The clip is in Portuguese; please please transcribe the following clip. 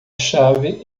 chave